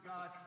God